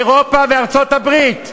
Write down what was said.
אירופה וארצות-הברית.